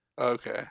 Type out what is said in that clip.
Okay